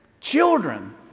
children